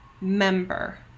member